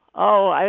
oh,